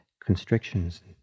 constrictions